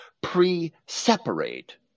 pre-separate